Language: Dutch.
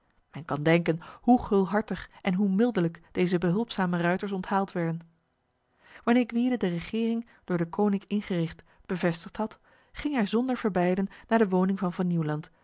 men kan denken hoe gulhartig en hoe mildelijk deze behulpzame ruiters onthaald werden wanneer gwyde de regering door deconinck ingericht bevestigd had ging hij zonder verbeiden naar de woning van van nieuwland